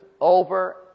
over